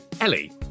Ellie